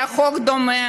היה חוק דומה